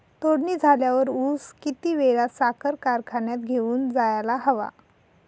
तोडणी झाल्यावर ऊस किती वेळात साखर कारखान्यात घेऊन जायला हवा?